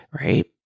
right